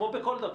זה כמו בכל דבר.